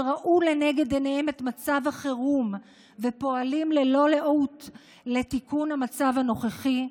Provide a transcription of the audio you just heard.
שראו לנגד עיניהם את מצב החירום ופועלים ללא לאות לתיקון המצב הנוכחי,